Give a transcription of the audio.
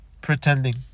pretending